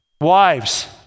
Wives